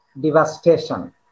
devastation